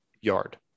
yard